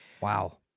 Wow